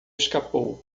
escapou